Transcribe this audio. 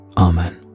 Amen